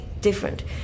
different